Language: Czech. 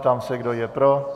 Ptám se, kdo je pro?